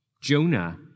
Jonah